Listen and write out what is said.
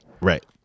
Right